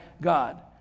God